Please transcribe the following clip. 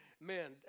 man